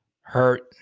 Hurt